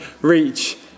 reach